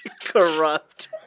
Corrupt